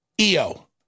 Io